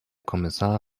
kommissar